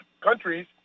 countries